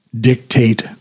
dictate